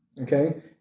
okay